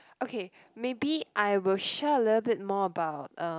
okay maybe I will share a little bit more about uh